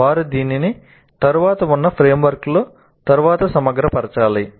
వారు దీనిని తరువాత ఉన్న ఫ్రేమ్వర్క్లో తరువాత సమగ్రపరచగలగాలి